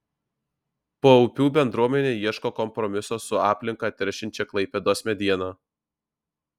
paupių bendruomenė ieško kompromiso su aplinką teršiančia klaipėdos mediena